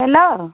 hello